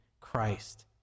Christ